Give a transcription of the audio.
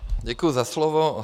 Děkuji za slovo.